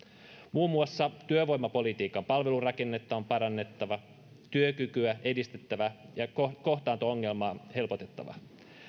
muun muassa työvoimapolitiikan palvelurakennetta on parannettava työkykyä edistettävä ja kohtaanto ongelmaa helpotettava